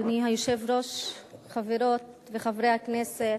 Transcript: אדוני היושב-ראש, חברות וחברי הכנסת,